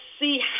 see